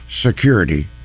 Security